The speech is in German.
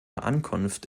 ankunft